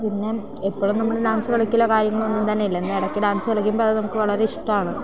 പിന്നെ എപ്പോഴും നമ്മൾ ഡാൻസ് കളിക്കില്ല കാര്യങ്ങളൊന്നും തന്നെ ഇല്ല പിന്നെ ഇടയ്ക്ക് ഡാൻസ് കളിക്കുമ്പോൾ അത് നമുക്ക് വളരെ ഇഷ്ടമാണ്